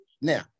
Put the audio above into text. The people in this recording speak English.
now